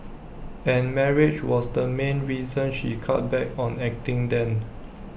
and marriage was the main reason she cut back on acting then